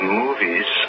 movies